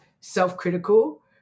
self-critical